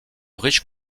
riche